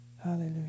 Hallelujah